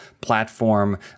platform